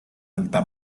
alta